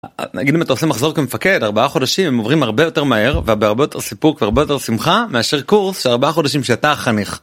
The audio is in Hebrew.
נגיד אם אתה עושה מחזור כמפקד ארבעה חודשים הם עוברים הרבה יותר מהר ובהרבה יותר סיפוק והברבה יותר שמחה מאשר קורס של ארבעה חודשים שאתה החניך.